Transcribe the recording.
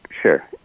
Sure